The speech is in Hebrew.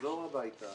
לחזור הביתה,